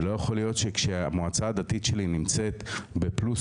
לא יכול להיות שכשהמועצה הדתית שלי נמצאת בפלוס